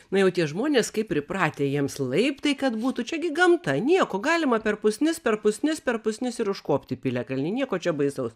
na jau tie žmonės kaip pripratę jiems laiptai kad būtų čia gi gamta nieko galima per pusnis per pusnis per pusnis ir užkopt į piliakalnį nieko čia baisaus